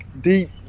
deep